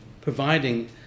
providing